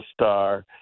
star